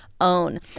own